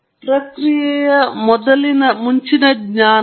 ಈಗ ನಾನು ನಿಜವಾಗಿಯೂ x ಗೆ ಪ್ರವೇಶವನ್ನು ಹೊಂದಿಲ್ಲ ಎಂದು ನಟಿಸುತ್ತಿದ್ದೇನೆ